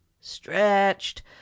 stretched